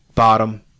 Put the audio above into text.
Bottom